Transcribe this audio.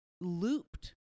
looped